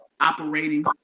operating